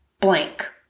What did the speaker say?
blank